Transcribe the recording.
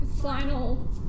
final